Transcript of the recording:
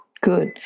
good